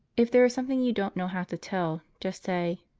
if there is something you don't know how to tell, just say,